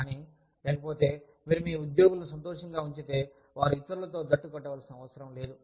కానీ లేకపోతే మీరు మీ ఉద్యోగులను సంతోషంగా ఉంచితే వారు ఇతరులతో జట్టు కట్టవలసిన అవసరం లేదు